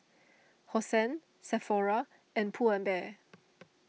Hosen Sephora and Pull and Bear